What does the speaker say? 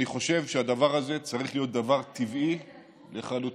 אני חושב שהדבר הזה צריך להיות דבר טבעי לחלוטין.